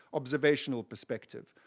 observational perspective,